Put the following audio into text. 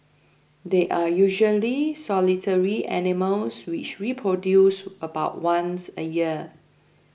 they are usually solitary animals which reproduce about once a year